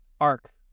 Arc